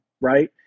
right